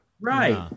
Right